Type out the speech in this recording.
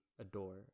adore